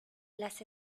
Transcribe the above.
las